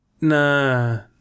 Nah